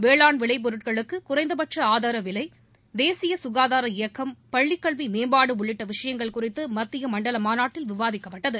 வேளாண் விளைபொருட்களுக்கு குறைந்தபட்ச ஆதாரவிலை தேசிய சுகாதார இயக்கம் பள்ளிக் கல்வி மேம்பாடு உள்ளிட்ட விஷயங்கள் குறித்து மத்திய மண்டல மாநாட்டில் விவாதிக்கப்பட்டது